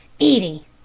edie